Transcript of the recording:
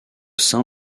sein